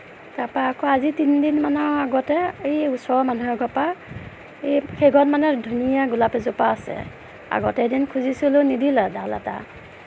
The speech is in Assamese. তাৰপৰা আকৌ আজি তিনিদিনমানৰ আগতে এই ওচৰৰ মানুহ এঘৰৰ পৰা এই সেইঘৰত মানে ধুনীয়া গোলাপ এজোপা আছে আগতে এদিন খুজিছিলোঁ নিদিলে ডাল এটা